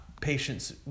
patients